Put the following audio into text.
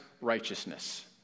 righteousness